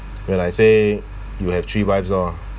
when I say you have three wives lor